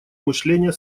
мышления